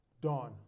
Dawn